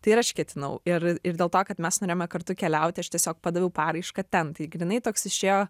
tai ir aš ketinau ir ir dėl to kad mes norėjome kartu keliauti aš tiesiog padaviau paraišką ten tai grynai toks išėjo